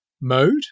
mode